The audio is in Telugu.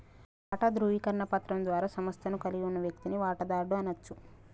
వాటా ధృవీకరణ పత్రం ద్వారా సంస్థను కలిగి ఉన్న వ్యక్తిని వాటాదారుడు అనచ్చు